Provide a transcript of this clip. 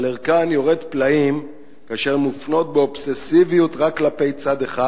אבל ערכן יורד פלאים כאשר הן מופנות באובססיביות רק כלפי צד אחד